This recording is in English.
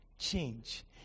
change